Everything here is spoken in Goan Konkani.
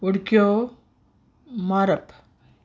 उडक्यो मारप